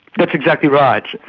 that's exactly right,